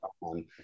on